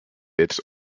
its